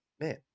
man